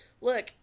look